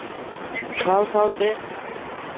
ᱥᱟᱶ ᱥᱟᱶ ᱛᱮ